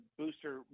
booster